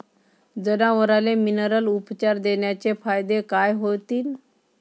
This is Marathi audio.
जनावराले मिनरल उपचार देण्याचे फायदे काय होतीन?